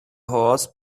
horse